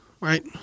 Right